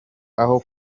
aho